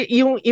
yung